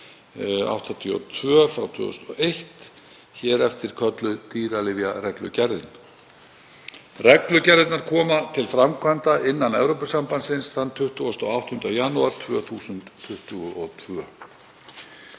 2001/82/EB, hér eftir kölluð dýralyfjareglugerðin. Reglugerðirnar koma til framkvæmda innan Evrópusambandsins hinn 28. janúar 2022.